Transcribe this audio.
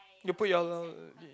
you put your l~